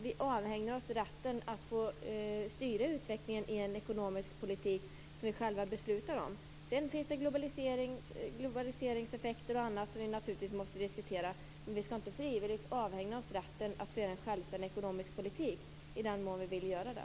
Vi avhänder oss rätten att styra utvecklingen i en ekonomisk politik som vi själva beslutar om. Sedan finns det globaliseringseffekter och annat som vi naturligtvis måste diskutera. Men vi skall inte frivilligt avhända oss rätten att föra en självständig ekonomisk politik i den mån vi vill göra det.